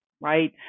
right